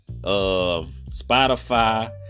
spotify